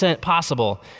possible